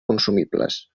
consumibles